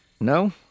No